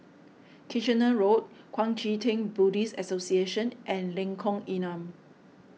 Kitchener Road Kuang Chee Tng Buddhist Association and Lengkong Enam